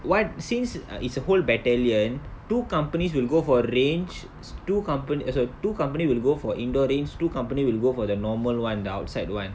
what since it's a whole battalion two companies will go for range two compan~ eh sorry two company will go for indoor range two company will go for the normal [one] the outside [one]